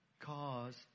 cause